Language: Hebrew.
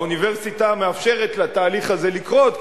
והאוניברסיטה מאפשרת לתהליך הזה לקרות,